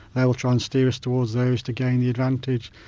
they'll try and steer us towards those to gain the advantage.